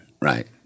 Right